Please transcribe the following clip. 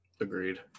Agreed